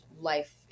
life